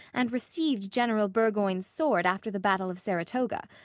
and received general burgoyne's sword after the battle of saratoga.